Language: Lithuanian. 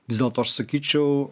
vis dėlto aš sakyčiau